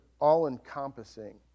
all-encompassing